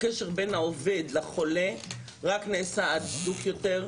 הקשר בין העובד לחולה רק נעשה הדוק יותר,